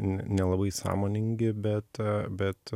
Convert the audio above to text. nelabai sąmoningi bet bet